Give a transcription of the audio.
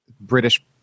British